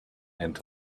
and